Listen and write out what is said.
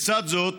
בצד זאת,